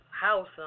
house